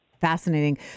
Fascinating